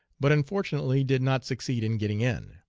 but unfortunately did not succeed in getting in.